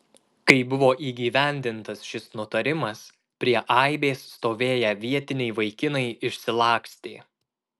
kai buvo įgyvendintas šis nutarimas prie aibės stovėję vietiniai vaikinai išsilakstė